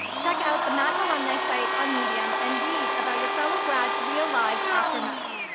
check out the mac alumni site on medium and read about your fellow grads' real lives after mac.